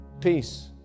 Peace